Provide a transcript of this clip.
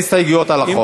אין הסתייגויות לחוק.